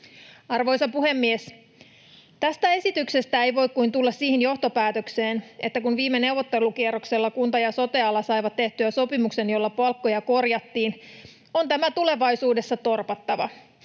Arvoisa puhemies! Tästä esityksestä ei voi kuin tulla siihen johtopäätökseen, että kun viime neuvottelukierroksella kunta- ja sote-ala saivat tehtyä sopimuksen, jolla palkkoja korjattiin, on tämä tulevaisuudessa torpattava.